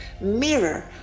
mirror